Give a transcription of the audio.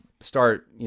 start